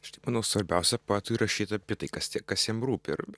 aš taip manau svarbiausia poetui rašyt apie tai kas tie kas jam rūpi ir